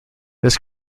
this